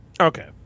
Okay